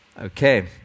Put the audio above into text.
Okay